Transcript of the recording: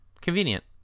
convenient